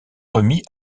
remis